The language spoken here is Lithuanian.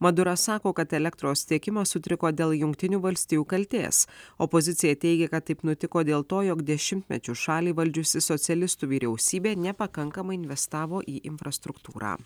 maduras sako kad elektros tiekimas sutriko dėl jungtinių valstijų kaltės opozicija teigia kad taip nutiko dėl to jog dešimtmečius šalį valdžiusi socialistų vyriausybė nepakankamai investavo į infrastruktūrą